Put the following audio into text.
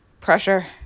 pressure